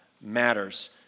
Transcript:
matters